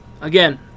again